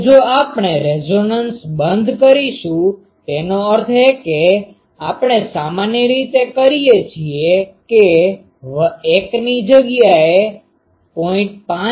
હવે જો આપણે રેઝોનન્સ બંધ કરીશું તેનો અર્થ એ કે આપણે સામાન્ય રીતે કરીએ છીએ કે l ની જગ્યાએ 0